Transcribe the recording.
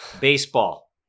Baseball